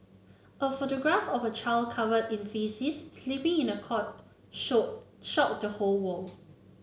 a photograph of a child covered in faeces sleeping in a cot shot shocked the whole world